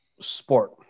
sport